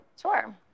Sure